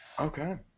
Okay